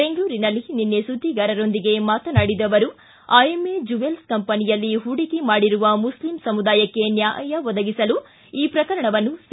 ಬೆಂಗಳೂರಿನಲ್ಲಿ ನಿನ್ನೆ ಸುದ್ಲಿಗಾರರೊಂದಿಗೆ ಮಾತನಾಡಿದ ಅವರು ಐಎಂಎ ಜುವೆಲ್ಲ್ ಕಂಪನಿಯಲ್ಲಿ ಹೂಡಿಕೆ ಮಾಡಿರುವ ಮುಸ್ಲಿಂ ಸಮುದಾಯಕ್ಕೆ ನ್ವಾಯ ಒದಗಿಸಲು ಈ ಪ್ರಕರಣವನ್ನು ಸಿ